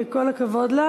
וכל הכבוד לה.